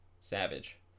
savage